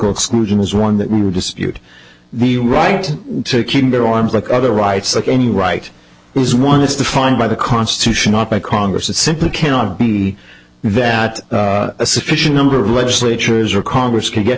exclusion is one that we would dispute the right to keep their arms like other rights like any right is one is defined by the constitution not by congress it simply cannot be that a sufficient number of legislatures or congress can get